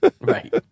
Right